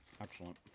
Excellent